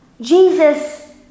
Jesus